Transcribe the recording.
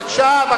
בבקשה.